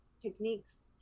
techniques